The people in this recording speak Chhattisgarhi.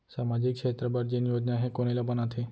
सामाजिक क्षेत्र बर जेन योजना हे कोन एला बनाथे?